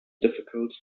difficult